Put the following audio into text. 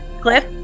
cliff